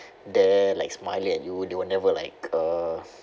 there like smiling at you they were never like uh